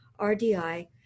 RDI